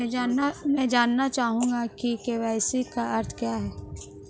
मैं जानना चाहूंगा कि के.वाई.सी का अर्थ क्या है?